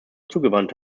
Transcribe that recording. zugewandt